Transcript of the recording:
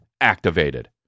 activated